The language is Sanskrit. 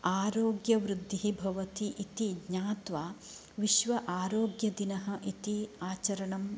आरोग्यवृद्धिः भवति इति ज्ञात्वा विश्व आरोग्यदिनः इति आचरणं